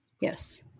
yes